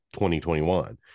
2021